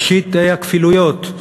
ראשית, הכפילויות,